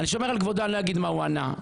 אני שומר על כבודו מה הוא ענה,